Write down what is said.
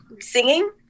singing